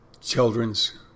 children's